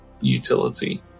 utility